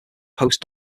post